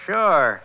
Sure